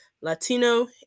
Latino